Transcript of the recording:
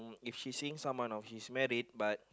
if she's seeing someone or she's married but